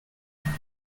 time